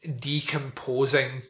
decomposing